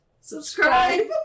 subscribe